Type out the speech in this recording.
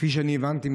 כפי שאני הבנתי,